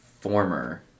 former